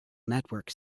network